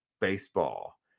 baseball